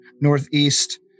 Northeast